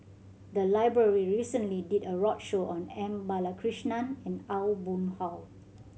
the library recently did a roadshow on M Balakrishnan and Aw Boon Haw